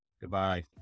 Goodbye